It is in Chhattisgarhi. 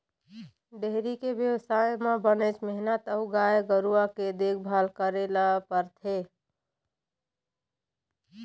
डेयरी के बेवसाय म बनेच मेहनत अउ गाय गरूवा के देखभाल करे ल परथे